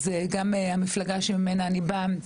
אז גם המפלגה שממנה אני באה,